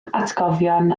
atgofion